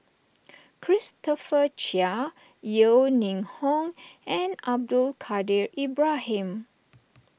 Christopher Chia Yeo Ning Hong and Abdul Kadir Ibrahim